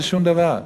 זה שום דבר.